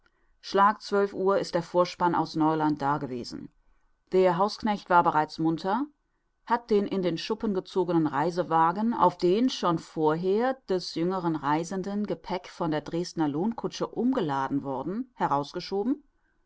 schlag zwölf uhr ist der vorspann aus neuland da gewesen der hausknecht war bereits munter hat den in den schuppen gezogenen reisewagen auf den schon vorher des jüngeren reisenden gepäck von der dresdner lohnkutsche umgeladen worden herausgeschoben